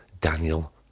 Daniel